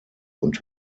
und